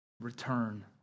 Return